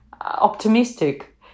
optimistic